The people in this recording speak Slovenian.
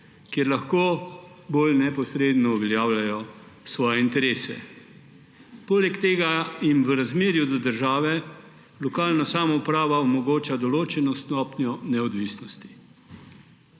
ker lahko bolj neposredno uveljavljajo svoje interese. Poleg tega jim v razmerju do države lokalna samouprava omogoča določeno stopnjo neodvisnosti.